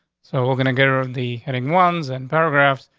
so we're gonna get her of the heading ones and paragraphs,